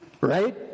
Right